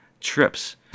trips